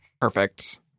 Perfect